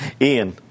Ian